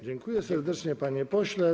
Dziękuję serdecznie, panie pośle.